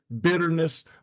bitterness